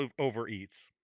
overeats